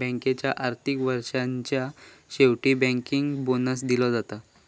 बँकेच्या आर्थिक वर्षाच्या शेवटी बँकर्स बोनस दिलो जाता